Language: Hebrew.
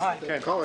קרעי.